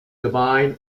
divine